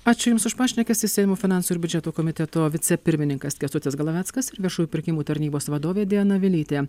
ačiū jums už pašnekesį seimo finansų ir biudžeto komiteto vicepirmininkas kęstutis glaveckas viešųjų pirkimų tarnybos vadovė diana vilytė